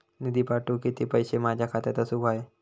निधी पाठवुक किती पैशे माझ्या खात्यात असुक व्हाये?